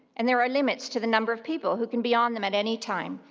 and there are limits to the number of people who can be on them at any time,